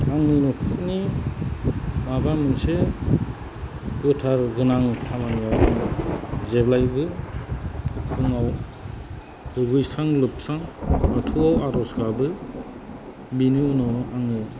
आंनि नखरनि माबा मोनसे गोथार गोनां खामानियाव आङो जेब्लायबो फुंआव दुगैस्रां लोबस्रां बाथौआव आरज गाबो बेनि उनाव आङो